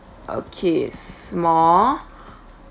okay is small